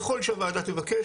ככל שהוועדה תבקש,